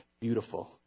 beautiful